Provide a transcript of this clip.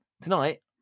Tonight